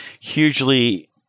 hugely